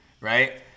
right